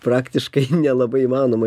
praktiškai nelabai įmanoma